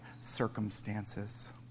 circumstances